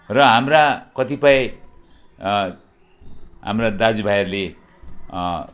र हाम्रा कतिपय हाम्रा दाजुभाइहरूले